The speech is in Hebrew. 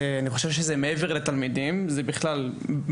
אני חושב שזה מעבר לתלמידים, אלא כנוער,